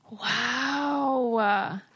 Wow